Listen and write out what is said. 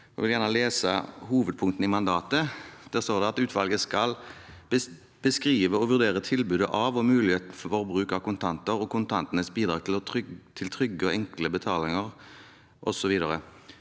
Jeg vil lese hovedpunktene i mandatet. Der står det at utvalget skal «beskrive og vurdere tilbudet av og muligheten for bruk av kontanter og kontantenes bidrag til trygge og enkle betalinger» osv.